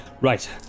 right